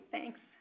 Thanks